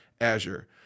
Azure